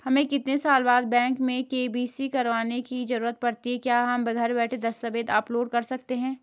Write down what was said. हमें कितने साल बाद बैंक में के.वाई.सी करवाने की जरूरत पड़ती है क्या हम घर बैठे दस्तावेज़ अपलोड कर सकते हैं?